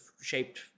Shaped